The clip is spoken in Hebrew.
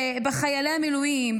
בחיילי המילואים,